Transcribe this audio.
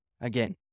again